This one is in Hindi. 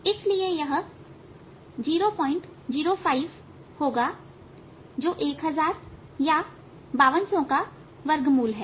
इसलिए यह 005 होगा जो 1000 या 5200 का वर्गमूल है